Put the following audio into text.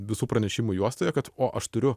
visų pranešimų juostoje kad o aš turiu